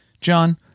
John